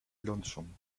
lonesome